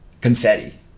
confetti